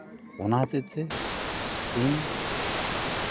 ᱚᱱᱟ ᱦᱚᱛᱮᱡᱛᱮ ᱤᱧ